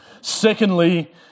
Secondly